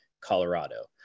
colorado